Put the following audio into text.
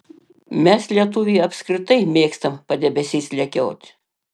mes lietuviai apskritai mėgstam padebesiais lekiot